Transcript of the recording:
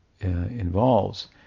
involves